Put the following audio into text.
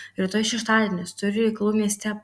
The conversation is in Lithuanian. rytoj šeštadienis turiu reikalų mieste